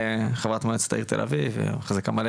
חברת מועצת העיר תל אביב ומחזיקה מלא